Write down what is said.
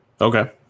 Okay